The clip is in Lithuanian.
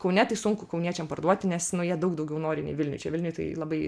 kaune tai sunku kauniečiam parduoti nes nu jie daug daugiau nori nei vilniuj čia vilniuj tai labai